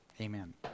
Amen